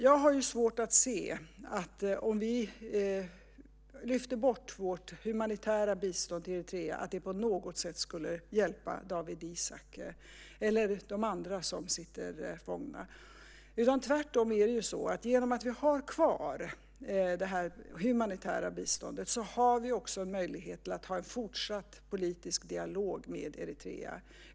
Jag har svårt att se att det på något sätt skulle hjälpa Dawit Isaak eller de andra som sitter fångna om vi lyfter bort vårt humanitära bistånd till Eritrea. Genom att vi tvärtom har kvar det humanitära biståndet har vi också en möjlighet att ha en fortsatt politisk dialog med Eritrea.